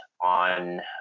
on